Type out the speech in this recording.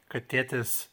kad tėtis